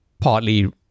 partly